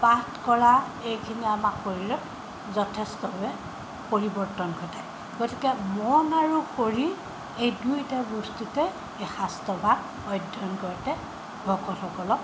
পাঠ কৰা এইখিনি আমাৰ শৰীৰত যথেষ্টভাৱে পৰিৱৰ্তন ঘটায় গতিকে মন আৰু শৰীৰ এই দুয়োটা বস্তুতে এই শাস্ত্ৰভাগ অধ্যয়ন কৰোঁতে ভকতসকলক